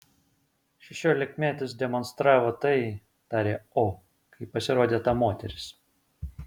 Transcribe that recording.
šešiolikmetis demonstravo tai tarė o kai pasirodė ta moteris